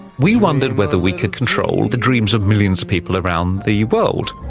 we wondered whether we could control the dreams of millions of people around the world.